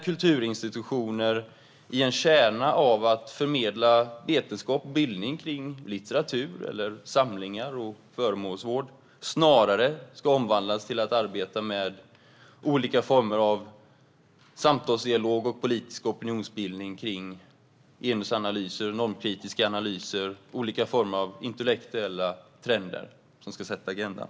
Kulturinstitutioner med en kärna att förmedla vetenskap och bildning om litteratur, samlingar och föremålsvård ska omvandlas för att snarare arbeta med samtalsdialog och politisk opinionsbildning om genusanalyser, normkritiska analyser och olika former av intellektuella trender som ska sätta agendan.